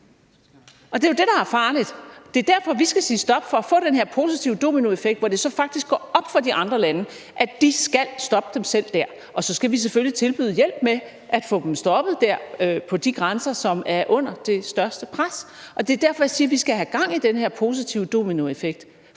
Det er jo det, der er farligt. Det er derfor, at vi skal sige stop, altså for at få den her positive dominoeffekt, hvor det faktisk går op for de andre lande, at de selv skal stoppe dem. Og så skal vi selvfølgelig tilbyde hjælp med at få dem stoppet ved de grænser, der er under det største pres. Det er derfor, jeg siger, at vi skal have gang i den her positive dominoeffekt,